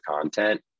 content